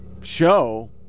show